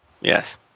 Yes